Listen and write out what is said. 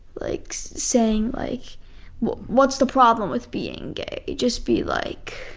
like so saying, like what's the problem with being gay? just be like,